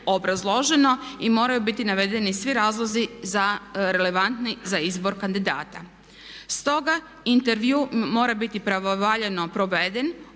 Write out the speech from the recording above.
obrazloženo i moraju biti navedeni svi razlozi relevantni za izbor kandidata. Stoga intervju mora biti pravovaljano proveden,